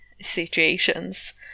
situations